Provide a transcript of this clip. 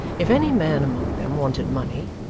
if any man among them wanted money,